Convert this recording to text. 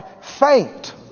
faint